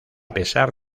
pesar